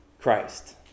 Christ